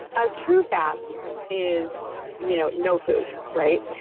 ah true fast is you know no food, right?